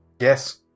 Yes